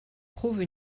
prouve